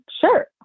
Sure